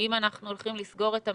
שאם אנחנו הולכים לסגור את המדינה,